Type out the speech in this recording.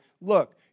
look